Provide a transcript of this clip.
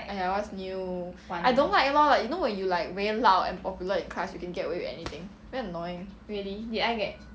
!aiya! what's new I don't like lor you know when you like very loud and popular in class you can get away with anything very annoying